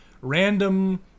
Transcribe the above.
random